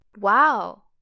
Wow